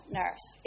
nurse